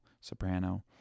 soprano